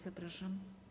Zapraszam.